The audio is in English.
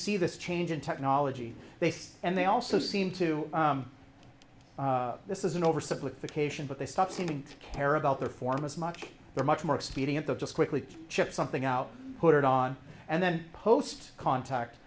see this change in technology they say and they also seem to this is an oversimplification but they stop seeming to care about their form as much they're much more expedient the just quickly chip something out put it on and then post contact